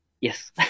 Yes